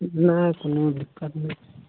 नै कोनो दिक्कत नै